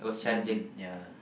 mm yeah